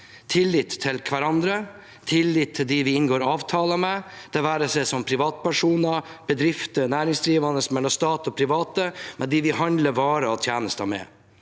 tillit til hverandre og tillit til dem vi inngår avtaler med, det være seg privatpersoner, bedrifter og næringsdrivende, mellom stat og private, og med dem vi handler varer og tjenester med.